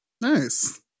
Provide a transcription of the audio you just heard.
Nice